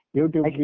YouTube